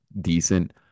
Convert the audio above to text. decent